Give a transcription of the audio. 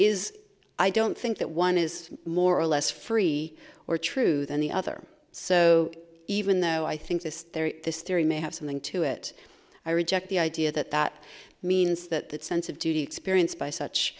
is i don't think that one is more or less free or true than the other so even though i think this this theory may have something to it i reject the idea that that means that that sense of duty experienced by such